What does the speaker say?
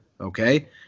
okay